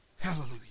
Hallelujah